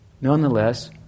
nonetheless